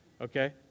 okay